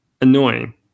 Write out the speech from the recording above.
annoying